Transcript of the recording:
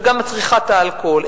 וגם צריכת האלכוהול,